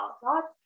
thoughts